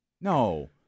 No